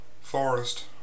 Forest